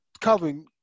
Calvin